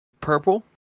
purple